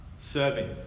Serving